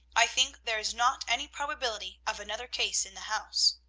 i think there is not any probability of another case in the house.